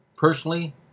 Personally